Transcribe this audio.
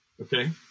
Okay